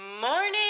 morning